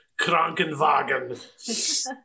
Krankenwagen